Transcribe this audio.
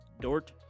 Dort